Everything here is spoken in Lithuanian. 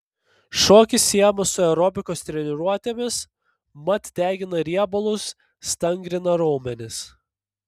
šokis siejamas su aerobikos treniruotėmis mat degina riebalus stangrina raumenis